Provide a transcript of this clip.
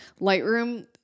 Lightroom